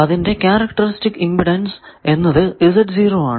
ഇതിന്റെ characteristic impedance എന്നത് ആണ്